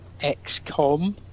XCOM